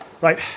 right